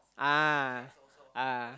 ah ah